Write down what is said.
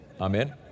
Amen